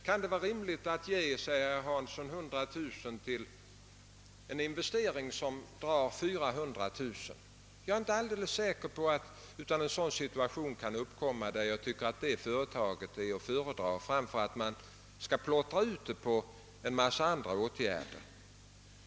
Kan det vara rimligt att skänka 100 000 kronor till en investering som kostar 400 000? frågade herr Hansson. Ja, jag tror inte det är otänkbart att en sådan situation kan uppkomma, där detta är att föredra framför att splittra pengarna på en mängd åtgärder.